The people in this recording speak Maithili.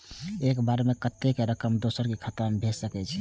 एक बार में कतेक रकम दोसर के खाता में भेज सकेछी?